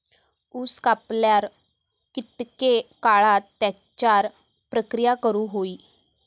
ऊस कापल्यार कितके काळात त्याच्यार प्रक्रिया करू होई?